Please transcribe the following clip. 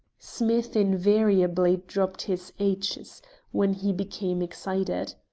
smith invariably dropped his h's when he became excited.